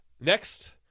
Next